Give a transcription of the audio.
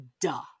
Duh